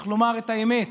צריך לומר את האמת.